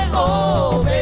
oh.